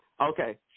Okay